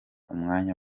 umwanya